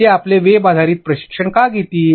ते आपले वेब आधारित प्रशिक्षण का घेतील